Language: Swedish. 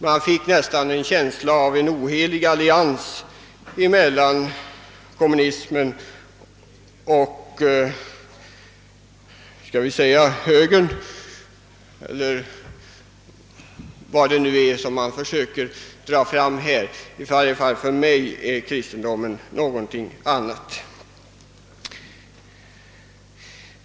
Man fick nästan en känsla av en ohelig allians mellan kommunismen och skall vi säga högern — eller vad det nu är som man försöker dra fram. I varje fall för mig är kristendomen någonting annat.